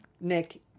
Nick